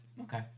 Okay